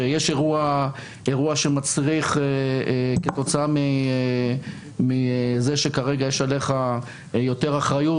שיש אירוע שמצריך כתוצאה מזה שכרגע יש עליך יותר אחריות,